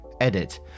Edit